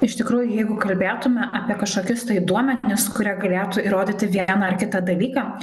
iš tikrųjų jeigu kalbėtume apie kažkokius tai duomenis kurie galėtų įrodyti vieną ar kitą dalyką